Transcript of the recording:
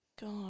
God